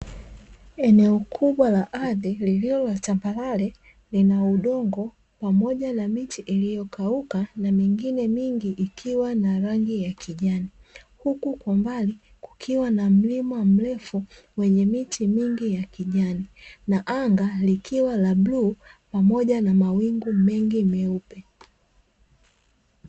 Eneo kubwa la ardhi lililo tambaratale, lina udongo pamoja na miti iliyokauka na mengine mengi ikiwa na rangi ya kijani. Huku kwa mbali kukiwa na mlima mrefu wenye miti mingi ya kijani, na anga likiwa la blue pamoja na mawingu mengi meupe.